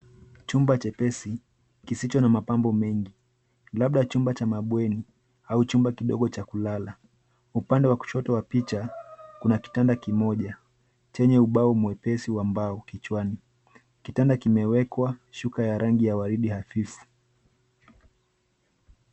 Chumba chepesi kisicho na mapambo mengi. Labda chumba cha mabweni au chumba kidogo cha kulala. Upande wa kushoto wa picha kuna kitanda kimoja chenye ubao mwepesi wa mbao kichwani. Kitanda kimewekwa shuka ya rangi ya waridi hafifu.